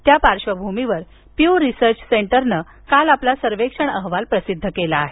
त्या पार्श्वभूमीवर Pew research सेंटरनं काल आपला सर्वेक्षण अहवाल प्रसिद्ध केला आहे